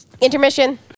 Intermission